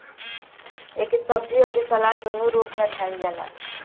एके सब्जी अउरी सलाद दूनो रूप में खाईल जाला